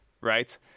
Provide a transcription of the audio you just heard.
right